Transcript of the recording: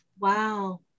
Wow